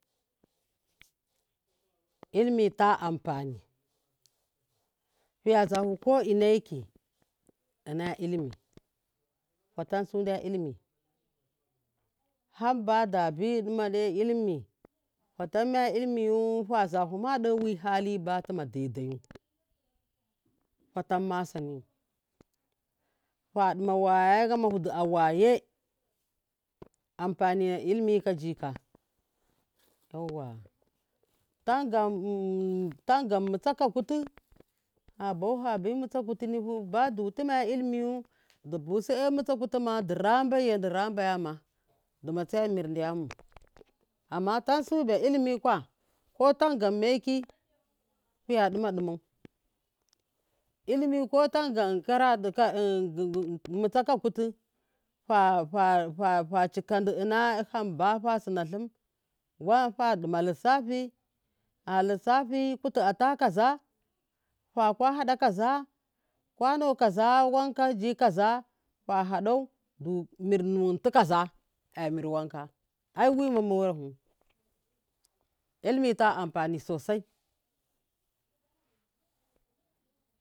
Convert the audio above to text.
Ilimi ta amfani fiya zatu ko ineki ina ilimi fatansada ilimi hambadabi duma do ilimi tatamma ilimiyu fa zafuma dowi hali ba tuma daidayu fatamma saniyu faduma awaye yamahudu awaye am faniya ilimi kajika yawah tangam tangam mutsaka kuti fabafu mutsa kutinifu badu tuma ilimi dubuse mutsa kutini wasika dura beya diraboyauma du tsaye mir damu amma tansu ba ilimi ko tangan meki fiya duma dumau ilimi ko tangan mutsaka kutuka fachika di ina hambafa sina limi wam fa duma lissafi alissafi kutu ata kaza faka hada ka kwano kaza fa hadau dumir nuwun tikaza amir wanka ai wima morahu ilimi ta amfani sosai.